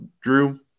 Drew